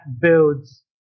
builds